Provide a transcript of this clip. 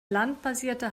landbasierte